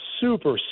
super